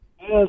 Yes